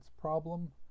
problem